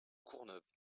courneuve